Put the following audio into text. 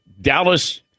Dallas